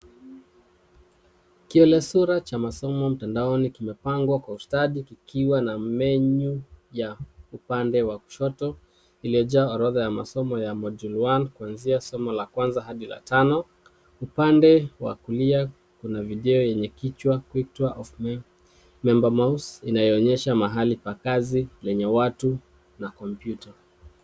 Kielie sura cha masomo mtandaoni kimepangwa kwa ustadi kikiwa na menu ya upande wa kushoto uliojaa orodha ya masomo ya module one kuanzia somo la kwanza hadi la tano, upande wa kulia kuna video enye kichwa quick tour of member mouse inaonyesha mahali pa kazi lenye watu na kompyuta.